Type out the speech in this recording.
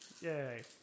Yay